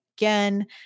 Again